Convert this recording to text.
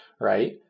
Right